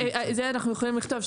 את זה אנחנו יכולים לכתוב,